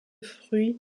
fruits